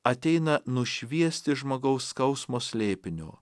ateina nušviesti žmogaus skausmo slėpinio